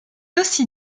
aussi